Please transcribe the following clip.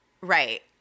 Right